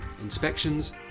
inspections